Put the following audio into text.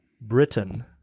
Britain